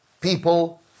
people